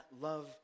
love